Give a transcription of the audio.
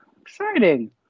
Exciting